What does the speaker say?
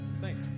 Thanks